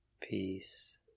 peace